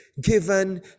given